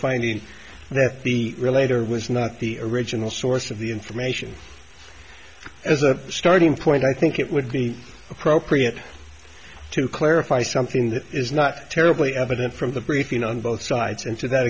finding that the relator was not the original source of the information as a starting point i think it would be appropriate to clarify something that is not terribly evident from the briefing on both sides and to that